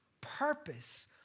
purpose